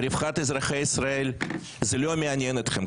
ורווחת אזרחי ישראל לא מעניינת אתכם.